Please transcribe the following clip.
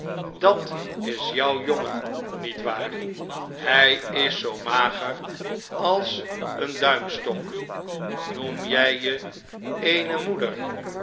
dat is jou jongen niet waar hij is zoo mager als een duimstok i noem jij je eene moeder